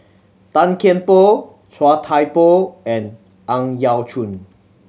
Tan Kian Por Chia Thye Poh and Ang Yau Choon